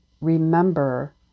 remember